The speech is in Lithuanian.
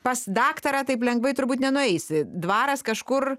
pas daktarą taip lengvai turbūt nenueisi dvaras kažkur